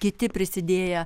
kiti prisidėję